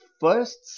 first